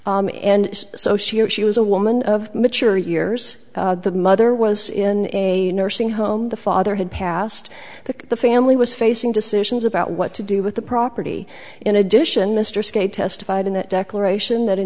and so she she was a woman of mature years the mother was in a nursing home the father had passed that the family was facing decisions about what to do with the property in addition mr skate testified in that declaration that in